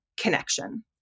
connection